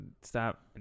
Stop